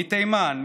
מתימן,